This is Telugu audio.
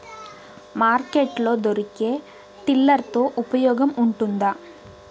మార్కెట్ లో దొరికే టిల్లర్ తో ఉపయోగం ఉంటుందా?